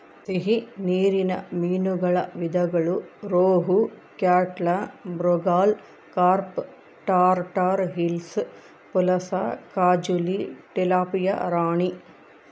ಸಿಹಿ ನೀರಿನ ಮೀನುಗಳ ವಿಧಗಳು ರೋಹು, ಕ್ಯಾಟ್ಲಾ, ಮೃಗಾಲ್, ಕಾರ್ಪ್ ಟಾರ್, ಟಾರ್ ಹಿಲ್ಸಾ, ಪುಲಸ, ಕಾಜುಲಿ, ಟಿಲಾಪಿಯಾ ರಾಣಿ